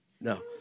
no